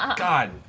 ah god,